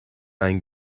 ein